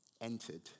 entered